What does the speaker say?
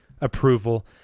approval